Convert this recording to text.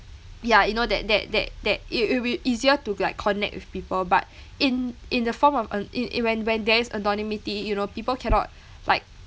yeah you know that that that that it will be easier to like connect with people but in in the form of an~ in in when when there is anonymity you know people cannot like